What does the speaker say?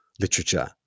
literature